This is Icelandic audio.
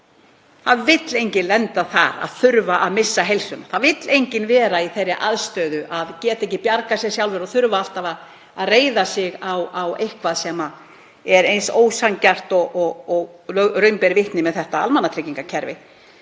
það vill enginn lenda í því að missa heilsuna. Það vill enginn vera í þeirri aðstöðu að geta ekki bjargað sér sjálfur og þurfa alltaf að reiða sig á eitthvað sem er eins ósanngjarnt og raun ber vitni og þetta almannatryggingakerfi.